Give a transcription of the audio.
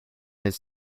his